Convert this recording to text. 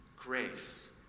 grace